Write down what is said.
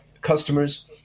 customers